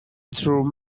through